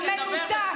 הוא מנותק.